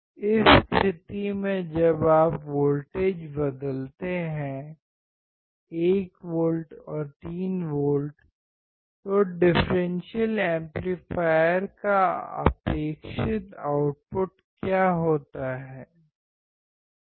इस स्थिति में जब आप वोल्टेज बदलते हैं 1 वोल्ट और 3 वोल्ट तो डिफ़्रेंसियल एम्पलीफायर का अपेक्षित आउटपुट क्या होता है